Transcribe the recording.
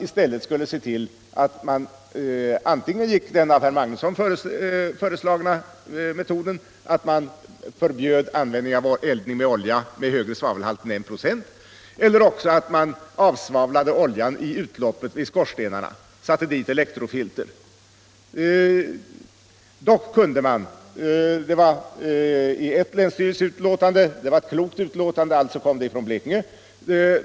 I stället skulle man se till att man valde antingen den av herr Magnusson i Kristinehamn föreslagna metoden och förbjöd eldning med olja med en högre svavelhalt än 1 96 eller också avsvavlade oljan i utloppet — i skorstenarna — genom att sätta dit elektrofilter. Dock kunde man enligt ett länsstyrelseutlåtande — och det var ett klokt utlåtande; alltså kom det från Blekinge!